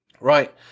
right